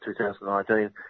2019